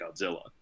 Godzilla